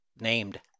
named